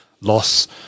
loss